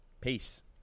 Peace